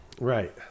Right